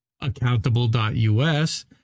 Accountable.us